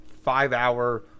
Five-hour